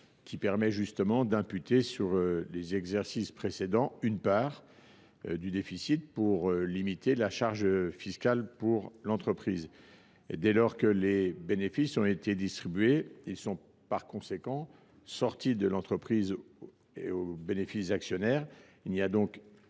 qui permet justement d’imputer sur les exercices précédents une part du déficit, pour limiter la charge fiscale pour l’entreprise. Dès lors que les bénéfices ont été distribués, ils sont sortis de l’entreprise au bénéfice des actionnaires.